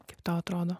kaip tau atrodo